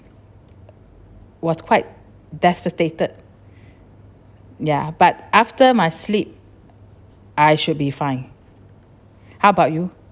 was quite devastated ya but after my sleep I should be fine how about you